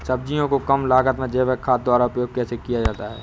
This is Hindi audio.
सब्जियों को कम लागत में जैविक खाद द्वारा उपयोग कैसे किया जाता है?